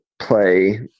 play